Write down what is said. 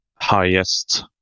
highest